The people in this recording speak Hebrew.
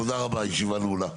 תודה רבה הישיבה נעולה.